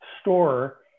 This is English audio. store